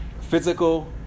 physical